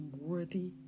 worthy